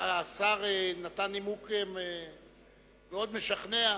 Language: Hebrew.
השר נתן נימוק מאוד משכנע,